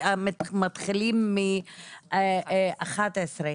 ומתחילים מ-11.